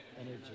energy